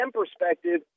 perspective